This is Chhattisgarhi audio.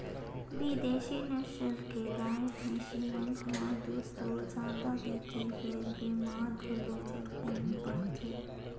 बिदेसी नसल के गाय, भइसी मन ह दूद तो जादा देथे फेर बेमार घलो झटकुन परथे